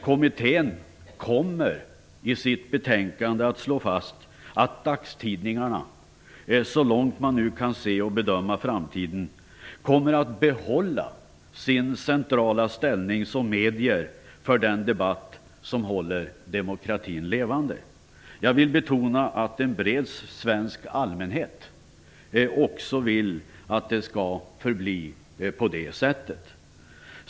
Kommittén kommer i sitt betänkande att slå fast att dagstidningarna, så långt man nu kan se och bedöma framtiden, kommer att behålla sin centrala ställning som medier för den debatt som håller demokratin levande. Jag vill betona att en bred svensk allmänhet också vill att det skall förbli på det sättet.